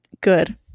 Good